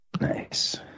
Nice